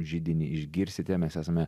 židinį išgirsite mes esame